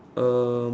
um